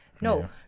No